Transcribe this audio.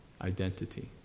identity